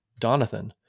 donathan